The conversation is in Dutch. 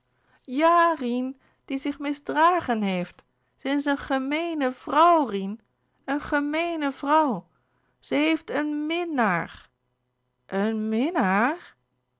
rien die zich misdragen heeft ze is een gemeene vrouw rien een gemeene vrouw ze heeft een minnaar een